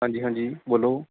ਹਾਂਜੀ ਹਾਂਜੀ ਬੋਲੋ